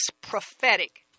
prophetic